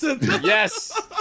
yes